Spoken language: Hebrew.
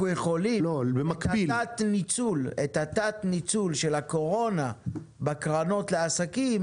אנחנו יכולים את התת-ניצול של הקורונה בקרנות לעסקים,